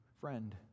friend